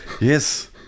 Yes